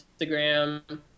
Instagram